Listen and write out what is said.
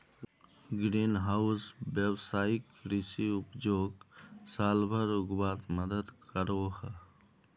green house वैवसायिक कृषि उपजोक साल भर उग्वात मदद करोह